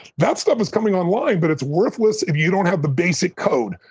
that stuff is coming online, but it's worthless if you don't have the basic code,